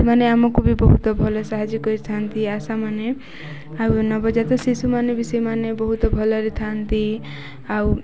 ସେମାନେ ଆମକୁ ବି ବହୁତ ଭଲ ସାହାଯ୍ୟ କରିଥାନ୍ତି ଆଶା ମାନେ ଆଉ ନବଜାତ ଶିଶୁମାନେ ବି ସେମାନେ ବହୁତ ଭଲରେ ଥାଆନ୍ତି ଆଉ